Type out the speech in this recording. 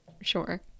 sure